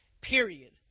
period